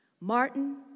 Martin